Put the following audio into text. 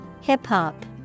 Hip-hop